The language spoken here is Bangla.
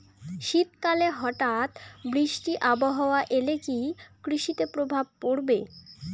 শীত কালে হঠাৎ বৃষ্টি আবহাওয়া এলে কি কৃষি তে প্রভাব পড়বে?